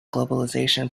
globalization